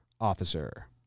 officer